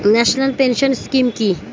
National pension scheme কি?